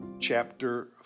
chapter